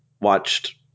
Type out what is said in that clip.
watched